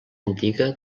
antiga